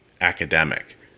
academic